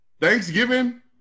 Thanksgiving